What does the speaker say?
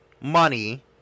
money